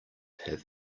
have